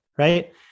right